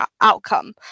outcome